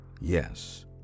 Yes